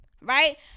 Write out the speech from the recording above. Right